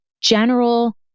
general